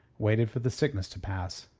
waited for the sickness to pass.